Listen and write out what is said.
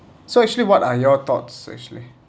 so actually what are your thoughts actually